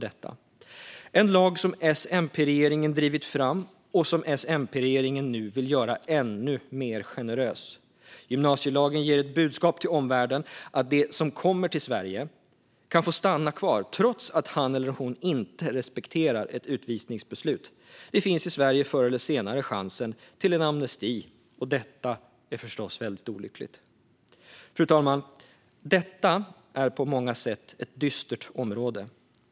Det är en lag som S-MP-regeringen har drivit fram och som S-MP-regeringen nu vill göra ännu mer generös. Gymnasielagen ger ett budskap till omvärlden att den som kommer till Sverige kan få stanna kvar trots att han eller hon inte respekterar ett utvisningsbeslut; det finns i Sverige förr eller senare chansen till amnesti. Det är förstås väldigt olyckligt. Fru talman! Detta är ett på många sätt dystert område.